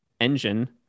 engine